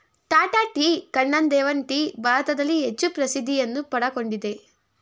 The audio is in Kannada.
ಟಾಟಾ ಟೀ, ಕಣ್ಣನ್ ದೇವನ್ ಟೀ ಭಾರತದಲ್ಲಿ ಹೆಚ್ಚು ಪ್ರಸಿದ್ಧಿಯನ್ನು ಪಡಕೊಂಡಿವೆ